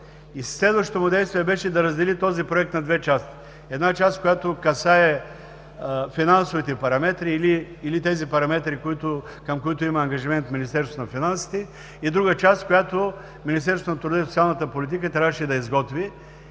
Следващото му действие беше да раздели този Проект на две части – една част, която касае финансовите параметри или тези параметри, към които има ангажимент Министерството на финансите, и друга част, която Министерството на труда и социалната политика трябваше да изготви.